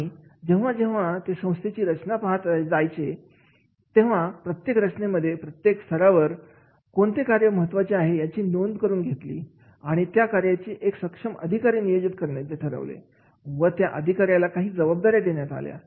आणि जेव्हा जेव्हा ते संस्थेची रचना पाहत जायचे तेव्हा प्रत्येक रचनेमध्ये प्रत्येक थरावर कोणती कार्य महत्त्वाचे आहेत याची नोंदणी करून घेतली आणि त्या कार्यासाठी एक सक्षम अधिकारी नियोजित करायचे ठरवले व त्या अधिकाऱ्याला काही जबाबदाऱ्या देण्यात आल्या